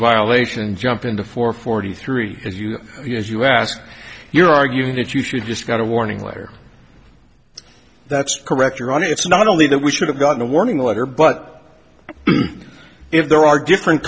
violation jump into four forty three as you as you ask you're arguing that you should just got a warning letter that's correct or only it's not only that we should have gotten a warning letter but if there are different